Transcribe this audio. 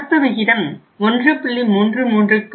நடப்பு விகிதம் 1